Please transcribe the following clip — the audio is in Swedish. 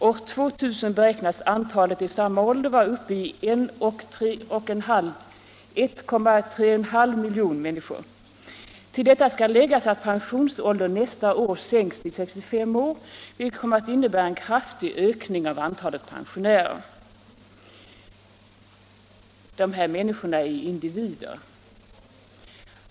År 2000 beräknas antalet i samma ålder vara uppe i 1,35 miljoner människor. Till detta skall läggas att pensionsåldern nästa år sänks till 65 år, vilket kommer att innebära en kraftig ökning av antalet pensionärer. Dessa människor är individer.